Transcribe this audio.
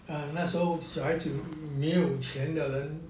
哦那时候小孩子没有钱的人